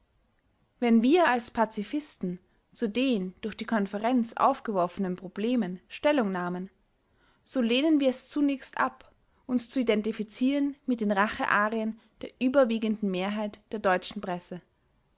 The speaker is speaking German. wenn wir als pazifisten zu den durch die konferenz aufgeworfenen problemen stellung nahmen so lehnen wir es zunächst ab uns zu identifizieren mit den rachearien der überwiegenden mehrheit der deutschen presse